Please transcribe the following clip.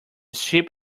ship